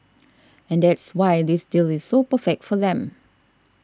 and that's why this deal is so perfect for them